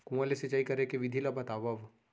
कुआं ले सिंचाई करे के विधि ला बतावव?